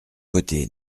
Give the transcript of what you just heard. côté